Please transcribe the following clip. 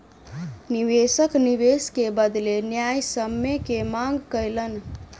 निवेशक निवेश के बदले न्यायसम्य के मांग कयलैन